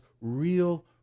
real